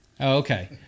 okay